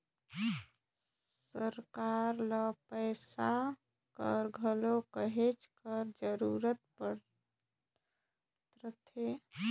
सरकार ल पइसा कर घलो कहेच कर जरूरत परत रहथे